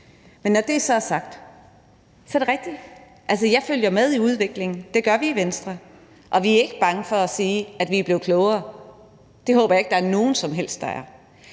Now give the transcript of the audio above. Men når det så er sagt, er det rigtigt. Altså, jeg følger med i udviklingen. Det gør vi i Venstre, og vi er ikke bange for at sige, at vi er blevet klogere. Det håber jeg ikke der er nogen som helst der er.